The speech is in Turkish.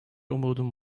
umudum